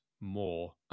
more